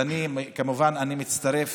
אני כמובן מצטרף